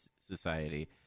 Society